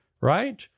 right